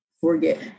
forget